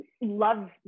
love